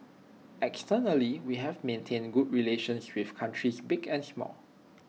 externally we have maintained good relations with countries big and small